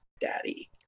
daddy